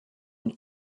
und